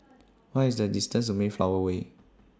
What IS The distance to Mayflower Way